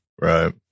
Right